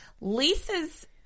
lisa's